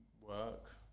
work